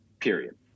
period